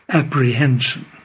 apprehension